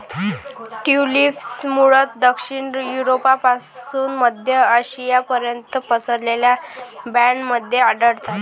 tulips मूळतः दक्षिण युरोपपासून मध्य आशियापर्यंत पसरलेल्या बँडमध्ये आढळतात